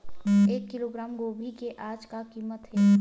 एक किलोग्राम गोभी के आज का कीमत हे?